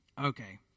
Okay